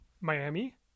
Miami